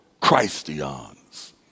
Christians